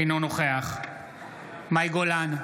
אינו נוכח מאי גולן,